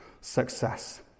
success